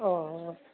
औ